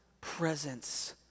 presence